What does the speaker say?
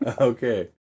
okay